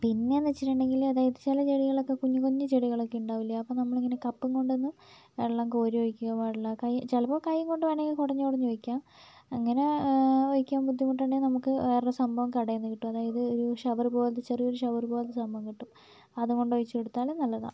പിന്നെയെന്ന് വെച്ചിട്ടുണ്ടെങ്കിൽ അതായത് ചില ചെടികളിലൊക്കെ കുഞ്ഞ് കുഞ്ഞ് ചെടികളൊക്കെ ഉണ്ടാവില്ലേ അപ്പോൾ നമ്മളിങ്ങനെ കപ്പും കൊണ്ടൊന്നും വെള്ളം കോരി ഒഴിക്കുക പാടില്ല വെള്ളം കൈ ചിലപ്പോൾ കൈ കൊണ്ട് വേണമെങ്കിൽ കുടഞ്ഞ് കുടഞ്ഞ് ഒഴിക്കാം അങ്ങനെ ഒഴിക്കാൻ ബുദ്ധിമുട്ട് ഉണ്ടെങ്കിൽ നമുക്ക് വേറെ സംഭവം കടയിൽ നിന്ന് കിട്ടും അതായത് ഒരു ഷവർ പോലെ ചെറിയൊരു ഷവർ പോലത്തെ സംഭവം കിട്ടും അതും കൊണ്ട് ഒഴിച്ചുകൊടുത്താലും നല്ലതാണ്